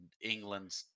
England